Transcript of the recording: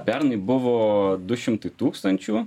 pernai buvo du šimtai tūkstančių